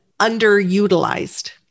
underutilized